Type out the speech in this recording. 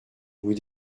vous